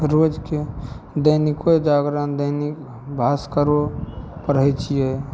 रोजके दैनिको जागरण दैनिक भास्करो पढ़ै छियै